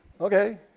okay